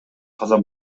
каза